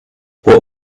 what